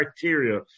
criteria